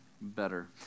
better